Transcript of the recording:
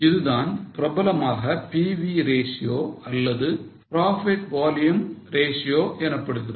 இது தான் பிரபலமாக PV ratio அல்லது profit volume ratio எனப்படுகிறது